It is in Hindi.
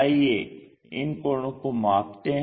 आइये इन कोणों को मापते हैं